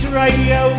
radio